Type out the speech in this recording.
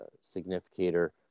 Significator